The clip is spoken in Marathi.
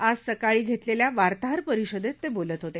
आज सकाळ झितलेल्या वार्ताहर परिषदेत ते बोलत होते